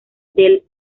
del